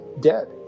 dead